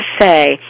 say